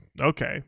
okay